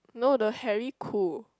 no the hairy cool